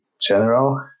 general